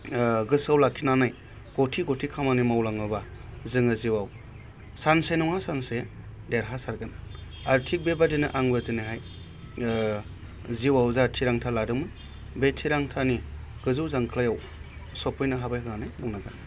गोसोआव लाखिनानै गथि गथि खामानि मावलाङोबा जोङो जिउआव सानसे नङा सानसे देरहासारगोन आरो थिख बेबादिनो आंबो दिनैहाय जिउआव जा थिरांथा लादोंमोन बे थिरांथानि गोजौ जांख्लायाव सफैनो हाबाय होन्नानै बुंनांगोन